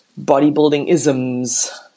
bodybuilding-isms